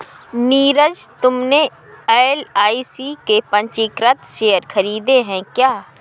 नीरज तुमने एल.आई.सी के पंजीकृत शेयर खरीदे हैं क्या?